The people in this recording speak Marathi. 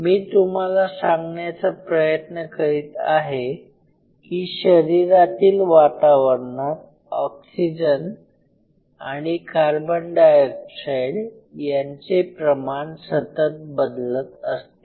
मी तुम्हाला सांगण्याचा प्रयत्न करीत आहे की शरीरातील वातावरणात ऑक्सीजन आणि कार्बन डायऑक्साइड यांचे प्रमाण सतत बदलत असते